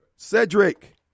Cedric